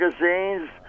magazines